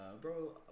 bro